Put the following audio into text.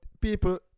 people